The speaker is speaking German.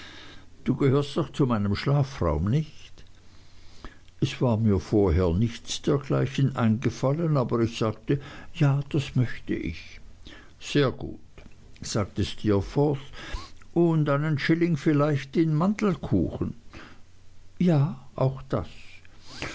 du gehörst doch zu meinem schlafraum nicht es war mir vorher nichts dergleichen eingefallen aber ich sagte ja das möchte ich sehr gut sagte steerforth und einen schilling vielleicht in mandelkuchen ja auch das